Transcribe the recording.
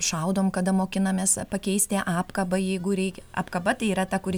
šaudom kada mokinamės pakeisti apkabą jeigu reikia apkaba tai yra ta kuri